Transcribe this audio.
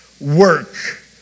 work